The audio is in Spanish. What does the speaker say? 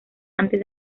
antes